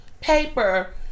paper